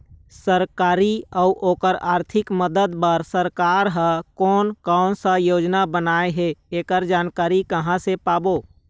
सरकारी अउ ओकर आरथिक मदद बार सरकार हा कोन कौन सा योजना बनाए हे ऐकर जानकारी कहां से पाबो?